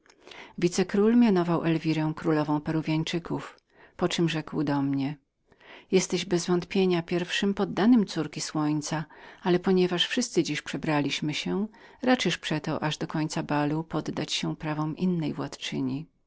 wice król mianował elwirę królową peruwianów poczem rzekł do mnie jesteś zapewne pierwszym poddannym córki słońca ale ponieważ wszyscy dziś przebraliśmy się raczysz przeto aż do końca balu poddać się prawom drugiej władczyniwładczyni